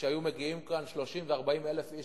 שהיו מגיעים לכאן 30,000 ו-40,000 איש